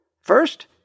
First